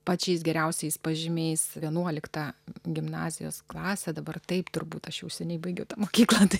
pačiais geriausiais pažymiais vienuoliktą gimnazijos klasę dabar taip turbūt aš jau seniai baigiau tą mokyklą tai